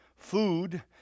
Food